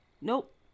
Nope